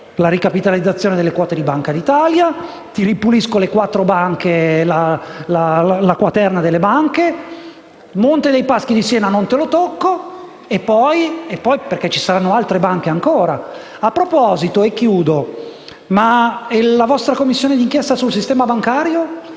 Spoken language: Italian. la ricapitalizzazione delle quote di Banca d'Italia, la ripulitura della quaterna delle banche, Montepaschi di Siena non si tocca e poi? Ci saranno altre banche ancora. A proposito, ma la vostra Commissione d'inchiesta sul sistema bancario